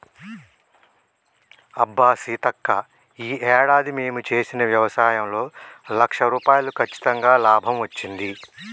అబ్బా సీతక్క ఈ ఏడాది మేము చేసిన వ్యవసాయంలో లక్ష రూపాయలు కచ్చితంగా లాభం వచ్చింది